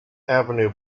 avenue